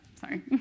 sorry